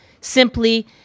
simply